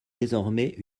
désormais